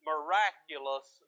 miraculous